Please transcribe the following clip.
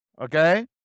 okay